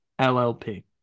LLP